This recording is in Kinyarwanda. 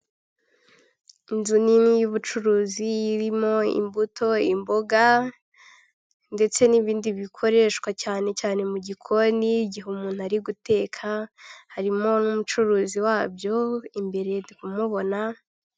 Inzu nini y'ubucuruzi irimo imbuto, imboga ndetse n'ibindi bikoreshwa cyane cyane mu gikoni igihe umuntu ari guteka, harimo n'umucuruzi wabyo imbere ku mubona.